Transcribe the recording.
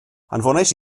anfonais